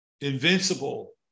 invincible